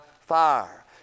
fire